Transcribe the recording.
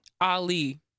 Ali